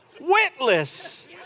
Witless